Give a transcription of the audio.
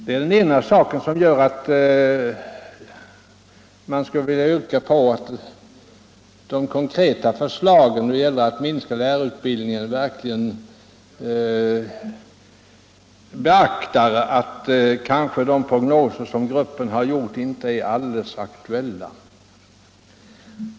Detta är ett skäl för att yrka på att man i de konkreta förslagen då det gäller att minska lärarutbildningen verkligen beaktar att de prognoser som arbetsgruppen har gjort kanske inte är alldeles aktuella.